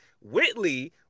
Whitley